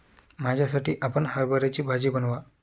माझ्यासाठी आपण हरभऱ्याची भाजी बनवा